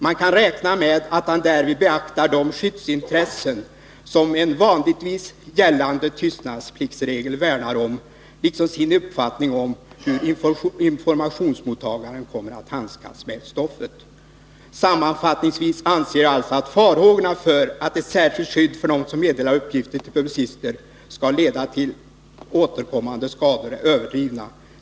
Man kan räkna med att han därvid beaktar de skyddsintressen som en vanligtvis gällande tystnadspliktsregel värnar om, liksom sin uppfattning om hur informationsmottagaren kommer att handskas med stoffet. Sammanfattningsvis anser jag alltså att farhågorna för att ett särskilt skydd för dem som meddelar uppgifter till publicister skall leda till återkommande skador är överdrivna.